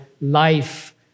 life